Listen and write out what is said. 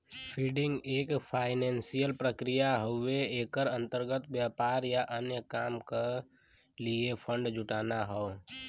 funding एक financial प्रक्रिया हउवे एकरे अंतर्गत व्यापार या अन्य काम क लिए फण्ड जुटाना हौ